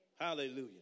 hallelujah